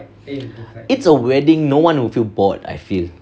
it's a wedding no one will feel bored I feel